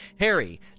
Harry